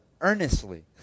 earnestly